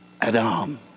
Adam